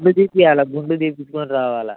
గుండు తీయాలి గుండు తీయించుకుని రావాలి